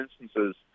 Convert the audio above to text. instances